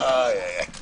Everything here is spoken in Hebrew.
הישיבה